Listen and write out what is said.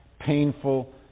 painful